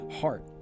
heart